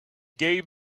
gave